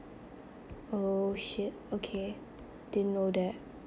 oh shit okay didn't know that